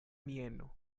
mieno